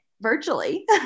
virtually